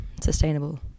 sustainable